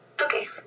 Okay